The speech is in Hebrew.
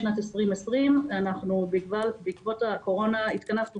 בשנת 2020. אנחנו בעקבות הקורונה התכנסנו